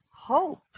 hope